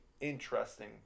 interesting